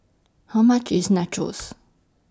How much IS Nachos